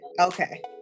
Okay